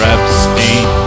Epstein